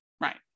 Right